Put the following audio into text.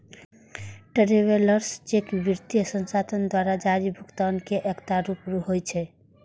travellers cheque वित्तीय संस्थान द्वारा जारी भुगतानक एकटा रूप होइ छै